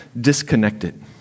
disconnected